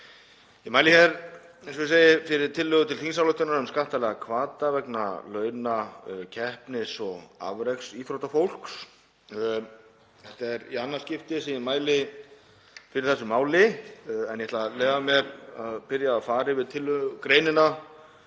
Ég mæli hér fyrir tillögu til þingsályktunar um skattalega hvata vegna launa keppnis- og afreksíþróttafólks. Þetta er í annað skipti sem ég mæli fyrir þessu máli. Ég ætla að leyfa mér að byrja á að fara yfir tillögugreinina